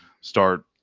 start